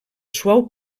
suau